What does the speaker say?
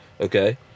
Okay